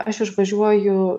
aš išvažiuoju